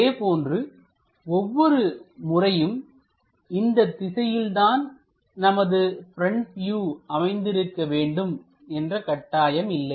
அதேபோன்று ஒவ்வொரு முறையும் இந்த திசையில் தான் நமது ப்ரெண்ட் வியூ அமைந்திருக்க வேண்டும் என்ற கட்டாயம் இல்லை